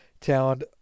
talent